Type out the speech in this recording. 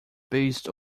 based